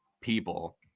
people